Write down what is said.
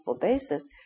basis